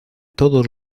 todos